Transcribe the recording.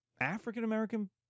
African-American